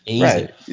Right